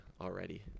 already